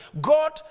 god